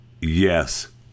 yes